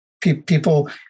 people